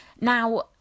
Now